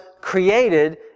created